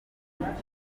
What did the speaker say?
doriane